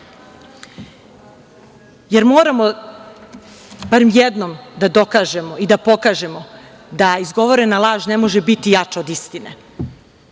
jer moramo bar jednom da dokažemo i da pokažemo da izgovorena laž ne može biti jača od istine. Na